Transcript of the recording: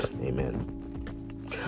Amen